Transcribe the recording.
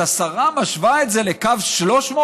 אז השרה משווה את זה לקו 300,